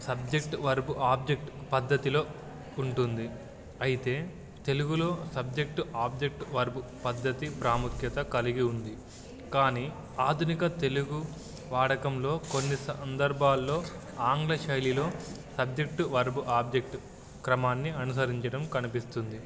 subject verb object పద్ధతిలో ఉంటుంది అయితే తెలుగులో సబ్జెక్టు ఆబ్జెక్ట్ వెర్బు పద్ధతి ప్రాముఖ్యత కలిగి ఉంది కానీ ఆధునిక తెలుగు వాడకంలో కొన్ని సందర్భాల్లో ఆంగ్ల శైలిలో సబ్జెక్టు వెర్బు ఆబ్జెక్ట్ క్రమాన్ని అనుసరించడం కనిపిస్తుంది